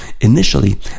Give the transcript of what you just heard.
initially